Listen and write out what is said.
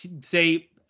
say